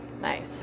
Nice